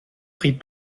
prit